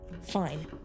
Fine